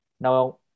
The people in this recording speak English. Now